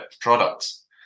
products